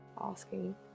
asking